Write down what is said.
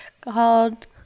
called